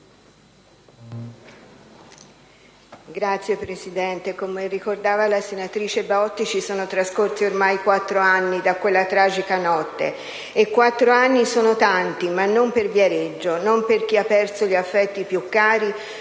Signora Presidente, come ricordava la senatrice Bottici, sono trascorsi ormai quattro anni da quella tragica notte e quattro anni sono tanti, ma non per Viareggio, non per chi ha perso gli affetti più cari,